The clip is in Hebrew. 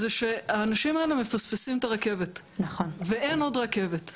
זה שהאנשים האלה מפספסים את הרכבת ואין עוד רכבת,